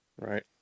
Right